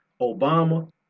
Obama